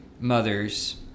mothers